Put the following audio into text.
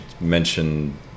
mention